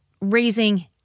raising